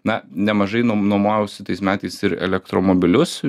na nemažai nomavausi tais metais ir elektromobilius